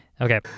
Okay